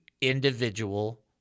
individual